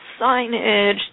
signage